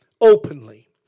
openly